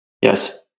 Yes